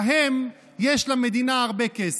בשבילם יש למדינה הרבה כסף.